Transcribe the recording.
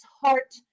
heart